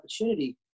opportunity